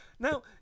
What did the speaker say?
Now